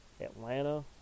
Atlanta